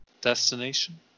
destination